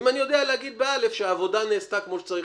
אם אני יודע להגיד ב-(א) שהעבודה נעשתה כמו שצריך,